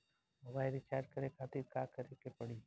Mobile recharge करे खातिर का करे के पड़ी?